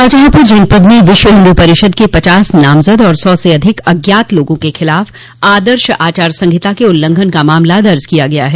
शाहजहांपुर जनपद में विश्व हिन्दू परिषद के पचास नामजद और सौ से अधिक अज्ञात लोगों के खिलाफ आदर्श आचार संहिता के उल्लंघन का मामला दर्ज किया गया है